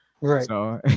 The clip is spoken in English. Right